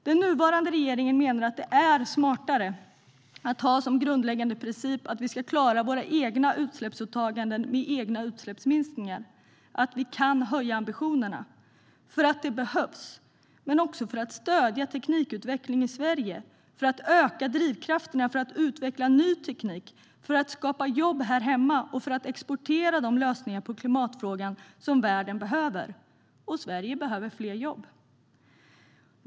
Den nuvarande regeringen menar att det är smartare att ha som grundläggande princip att vi ska klara våra egna utsläppsåtaganden med egna utsläppsminskningar, att vi kan höja ambitionerna. Det är för att det behövs men också för att stödja teknikutveckling i Sverige, för att öka drivkrafterna för att utveckla ny teknik, för att skapa jobb här hemma och för att exportera de lösningar på klimatfrågan som världen behöver. Sverige behöver fler jobb.